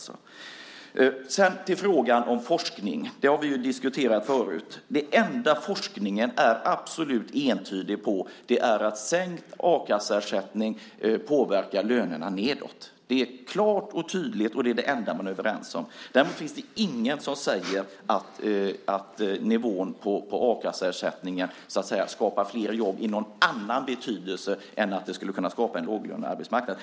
Sedan till frågan om forskning, som vi har diskuterat förut. Det enda forskningen är absolut entydig på är att sänkt a-kasseersättning påverkar lönerna nedåt. Det är klart och tydligt, och det är det enda man är överens om. Det finns ingen som säger att nivån på a-kasseersättningen skapar flera jobb i någon annan betydelse än att den skulle kunna skapa en låglönearbetsmarknad.